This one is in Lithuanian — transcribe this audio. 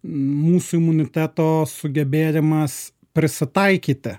mūsų imuniteto sugebėjimas prisitaikyti